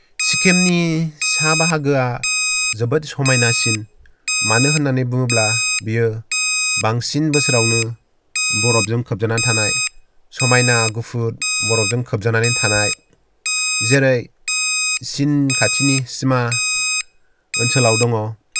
सिक्किमनि सा बाहागोआ जोबोद समायनासिन मानो होननानै बुङोब्ला बियो बांसिन बोसोरावनो बरफजों खोबजानानै थानाय समायना गुफुर बरफजों खोबजानानै थानाय जेरै चीन खाथिनि सिमा ओनसोलाव दङ